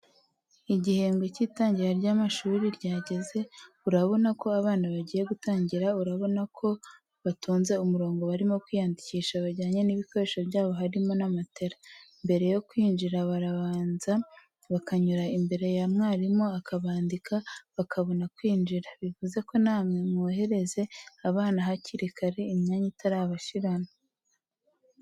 Igihembwe cy'itangira ry'amashuri ryageze, urabona ko abana bagiye gutangira urabona ko batonze umurongo barimo kwiyandikisha bajyanye n'ibikoresho byabo harimo na matera, mbere yo kwinjira baranza bakanyura imbere ya mwarimu akabandika bakabona kwinjira, bivuze ko namwe mwohereze abana hakirikare imyanya itabashirana.